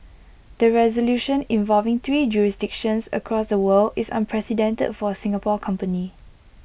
the resolution involving three jurisdictions across the world is unprecedented for A Singapore company